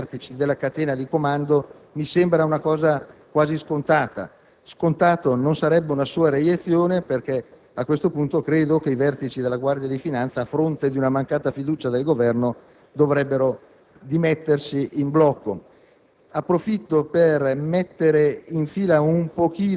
impegna il Governo ad esprimere fiducia alla Guardia di finanza e agli alti vertici della catena di comando. Mi sembra una cosa quasi scontata. Scontata non sarebbe una sua reiezione, perché a quel punto i vertici della Finanza, a fronte di una mancata fiducia del Governo, dovrebbero